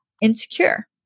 insecure